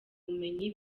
ubumenyi